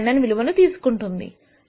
0399 విలువను తీసుకుంటుంది